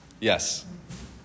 Yes